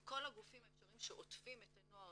עם כל הגופים האפשריים שעוטפים את הנוער